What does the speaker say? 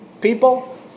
people